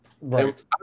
Right